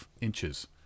inches